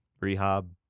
Rehab